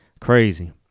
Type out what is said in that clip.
crazy